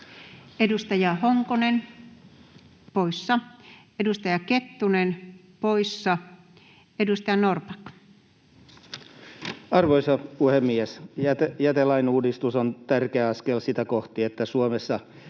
Edustaja Honkonen poissa, edustaja Kettunen poissa. — Edustaja Norrback. Arvoisa puhemies! Jätelain uudistus on tärkeä askel sitä kohti, että Suomessa